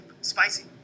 Spicy